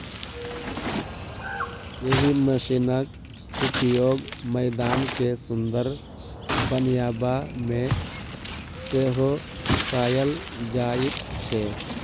एहि मशीनक उपयोग मैदान के सुंदर बनयबा मे सेहो कयल जाइत छै